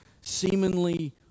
seemingly